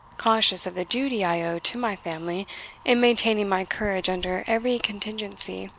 conscious of the duty i owed to my family in maintaining my courage under every contingency,